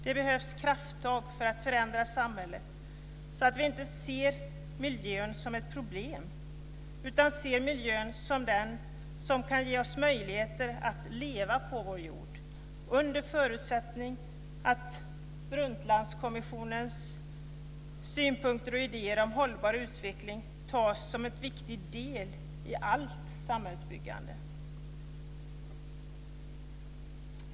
Det behövs krafttag för att förändra samhället så att vi inte ser miljön som ett problem, utan ser miljön som den som kan ge oss möjligheter att leva på vår jord, under förutsättning att Brundtlandkommissionens synpunkter och idéer om hållbar utveckling ses som en viktig del i allt samhällsbyggande.